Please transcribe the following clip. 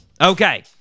Okay